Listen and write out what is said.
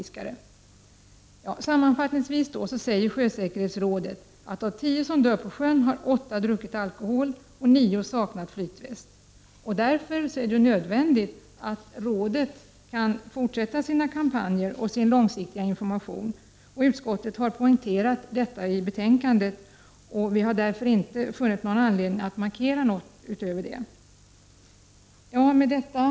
Sammanfattningsvis säger sjösäkerhetsrådet att av tio som dör på sjön har åtta druckit alkohol och nio saknat flytväst. Därför är det nödvändigt att rådet kan fortsätta sina kampanjer och sin långsiktiga information. Utskottet har poängterat detta i betänkandet. Därför har vi inte funnit någon anledning att markera något utöver detta. Herr talman!